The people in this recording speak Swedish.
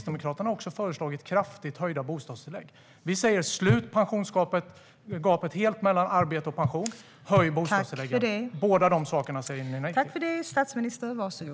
Kristdemokraterna har föreslagit kraftigt höjda bostadstillägg. Vi säger: Slut gapet helt mellan arbete och pension! Höj bostadstilläggen! Båda de sakerna säger ni nej till.